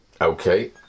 Okay